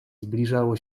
zbliżało